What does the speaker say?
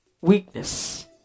weakness